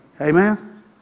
Amen